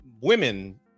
women